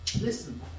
Listen